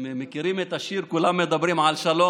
אתם מכירים את השיר "כולם מדברים על שלום,